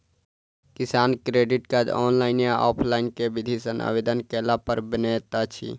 किसान credit card, online या offline केँ विधि सँ आवेदन कैला पर बनैत अछि?